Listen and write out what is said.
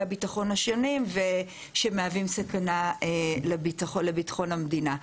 הביטחון השני ושמהווים סכנה לביטחון המדינה.